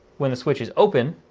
when the switch is open,